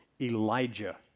Elijah